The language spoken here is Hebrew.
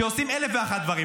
שעושים אלף ואחד דברים.